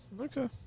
okay